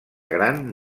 gran